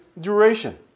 duration